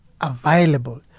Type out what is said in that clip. available